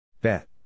Bet